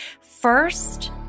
First